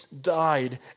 died